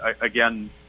Again